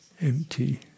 Empty